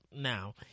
Now